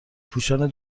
پوشان